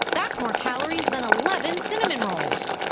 that's more calories than eleven cinnamon rolls!